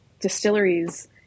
distilleries